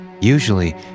Usually